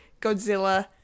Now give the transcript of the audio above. Godzilla